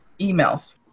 emails